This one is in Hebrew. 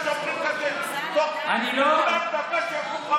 לא בכלום.